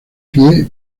pie